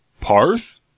Parth